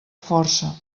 força